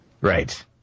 Right